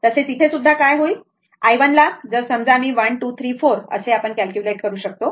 तसेच इथे सुद्धा काय होईल i1 ला जर समजा 1234 आपण कॅल्क्युलेट करू शकतो